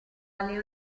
alle